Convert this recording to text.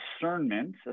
discernment